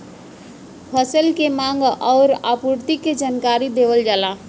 फसल के मांग आउर आपूर्ति के जानकारी देवल जाला